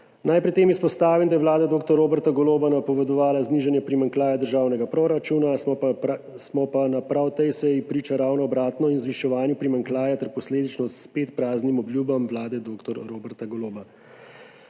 Naj pri tem izpostavim, da je vlada dr. Roberta Goloba napovedovala znižanje primanjkljaja državnega proračuna, smo pa prav na tej seji priča ravno obratni [situaciji], in sicer zviševanju primanjkljaja ter posledično spet praznim obljubam vlade dr. Roberta Goloba.